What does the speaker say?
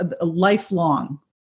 lifelong